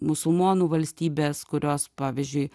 musulmonų valstybės kurios pavyzdžiui